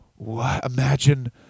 imagine